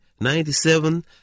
ninety-seven